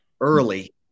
early